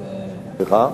סליחה?